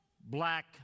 black